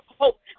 hope